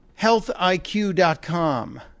HealthIQ.com